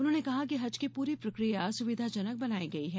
उन्होंने कहा की हज की पूरी प्रक्रिया सुविधाजनक बनाई गयी है